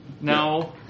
No